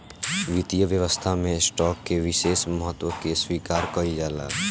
वित्तीय व्यवस्था में स्टॉक के विशेष महत्व के स्वीकार कईल जाला